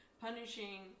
punishing